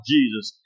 Jesus